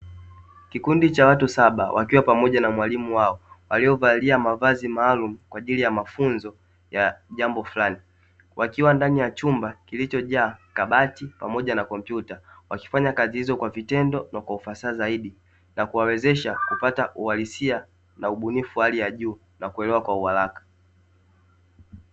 Kikundi cha watu saba, wakiwa pamoja na mwalimu wao, waliovalia mavazi maalum kwa ajili ya mafunzo ya jambo fulani, wakiwa ndani ya chumba kilichojaa kabati pamoja na kompyuta, wakifanya kazi hizo kwa vitendo na kwa ufasaha zaidi, nna kuwawezesha kupata uhalisia na ubunifu wa hali ya juu na kuelewa kwa uharaka.